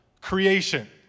creation